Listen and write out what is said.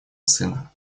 сына